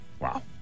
Wow